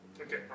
okay